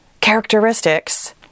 characteristics